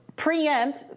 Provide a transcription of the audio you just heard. preempt